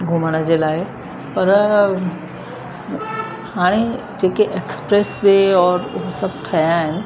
घुमण जे लाइ पर हाणे जेके एक्सप्रेस वे और उहे सभु ठहिया आहिनि